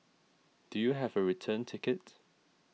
do you have a return ticket